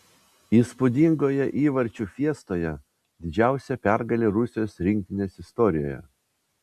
įspūdingoje įvarčių fiestoje didžiausia pergalė rusijos rinktinės istorijoje